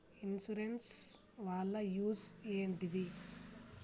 Insurance వాళ్ల use ఏంటిది?